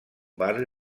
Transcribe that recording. barri